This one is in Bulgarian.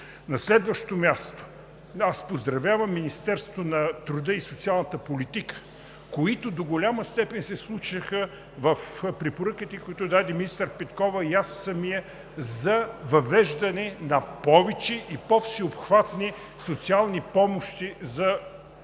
На следващо място, поздравявам Министерството на труда и социалната политика, които до голяма степен се вслушаха в препоръките, които даде министър Петкова и аз самият за въвеждане на повече и по-всеобхватни социални помощи за отопление.